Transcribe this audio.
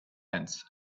ants